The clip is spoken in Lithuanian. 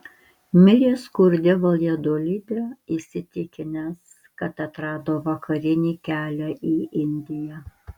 mirė skurde valjadolide įsitikinęs kad atrado vakarinį kelią į indiją